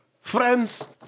friends